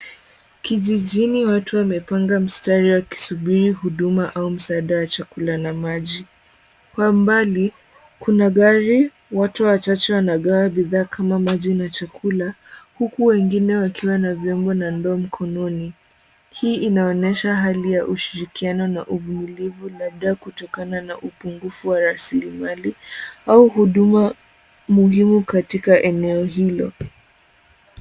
Kijijini watu wamepanga mstari wa kisubiri huduma au msaada wa chakula na maji. Kwa mbali, kuna gari watu wachache wanagaa bidhaa kama maji na chakula. Huku wengine wakiwa na vyombo na ndoo mkononi. Hii inaonyesha hali ya ushirikiano na uvumilivu na dada kutokana na upungufu wa rasilimali. Au huduma muhimu katika eneo hilo.